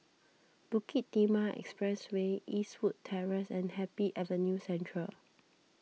Bukit Timah Expressway Eastwood Terrace and Happy Avenue Central